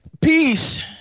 peace